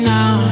Now